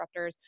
disruptors